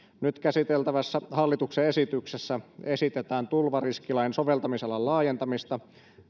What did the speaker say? nyt käsiteltävässä hallituksen esityksessä esitetään tulvariskilain soveltamisalan laajentamista